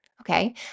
Okay